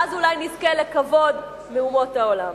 ואז אולי נזכה לכבוד מאומות העולם.